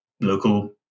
local